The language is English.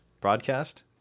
broadcast